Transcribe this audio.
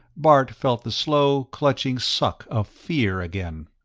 bart felt the slow, clutching suck of fear again.